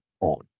on